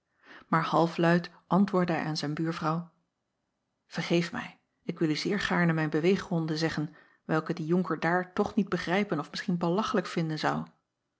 maar halfluid antwoordde hij aan zijn buurvrouw vergeef mij ik wil u zeer gaarne mijn beweeggronden zeggen welke die onker daar toch niet begrijpen of misschien belachlijk vinden zou